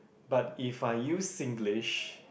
but if I use Singlish